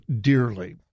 dearly